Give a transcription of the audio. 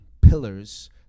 pillars